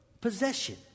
possession